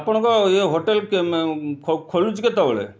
ଆପଣଙ୍କ ୟେ ହୋଟେଲ୍ ଖୋଲୁଛି କେତେବେଳେ